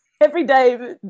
everyday